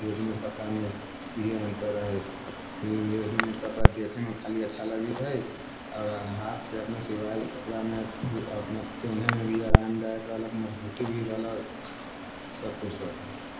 readymade कपड़ामे ई अन्तर है कि रेडीमेड कपड़ा देखैमे खाली अच्छा लगैत है आओर हाथसँ अपना सियाइल कपड़ामे अपना पहिनेमे भी आरादायक रहलक मजबूती भी रहलक सभ कुछ रहल